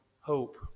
hope